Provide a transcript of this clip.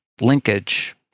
linkage